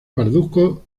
pardusco